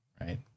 Right